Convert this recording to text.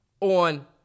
on